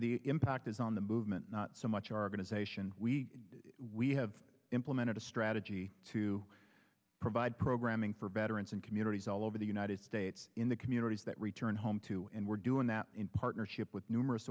the impact is on the movement not so much are going to sation we we have implemented a strategy to provide programming for veterans and communities all over the united states in the communities that return home to and we're doing that in partnership with numerous